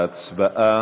ההצבעה